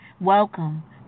Welcome